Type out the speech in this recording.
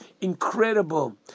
Incredible